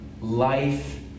life